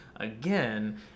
again